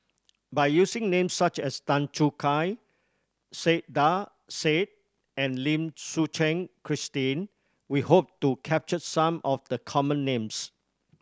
by using names such as Tan Choo Kai Saiedah Said and Lim Suchen Christine we hope to capture some of the common names